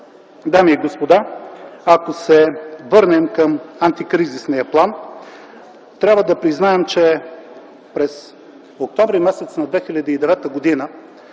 Дами и господа, ако се върнем към антикризисния план, трябва да признаем, че през м. октомври 2009 г.